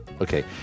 Okay